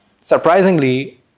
Surprisingly